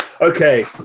Okay